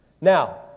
Now